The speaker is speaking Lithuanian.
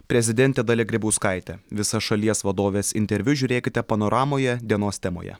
prezidentė dalia grybauskaitė visą šalies vadovės interviu žiūrėkite panoramoje dienos temoje